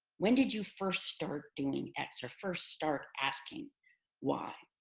when did you first start doing x? or first start asking why?